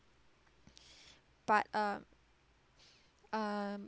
but uh uh